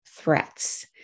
Threats